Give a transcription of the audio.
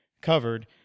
covered